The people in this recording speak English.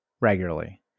regularly